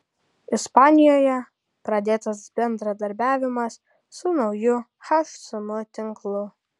ispanijoje pradėtas bendradarbiavimas su nauju hsm tinklu